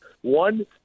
One